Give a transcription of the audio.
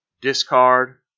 discard